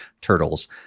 turtles